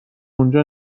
اونجا